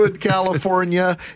California